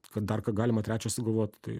kad dar ką galima trečią sugalvot tai